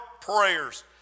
prayers